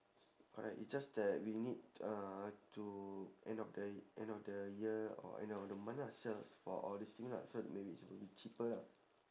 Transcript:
correct it's just that we need uh to end of the end of the year or end of the month ah search for all these thing lah so maybe is suppose to be cheaper lah